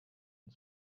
und